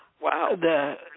wow